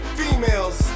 females